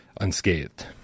unscathed